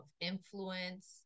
influence